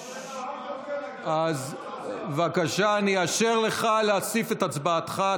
עוד לא, אז בבקשה, אני אאשר לך להוסיף את הצבעתך.